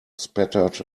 spattered